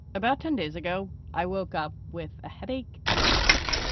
about ten days ago, i woke up with a headache and a cough.